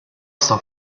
sta